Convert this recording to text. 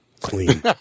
Clean